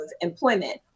employment